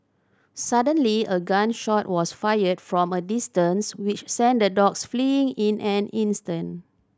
suddenly a gun shot was fired from a distance which sent the dogs fleeing in an instant